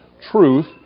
truth